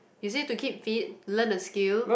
you say to keep fit learn a skill